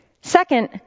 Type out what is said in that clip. Second